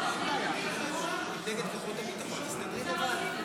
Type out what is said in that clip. בבקשה, אדוני, ספירה.